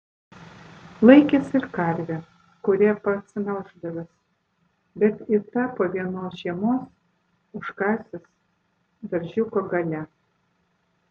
laikęs ir karvę kurią pats melždavęs bet ir tą po vienos žiemos užkasęs daržiuko gale